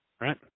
Right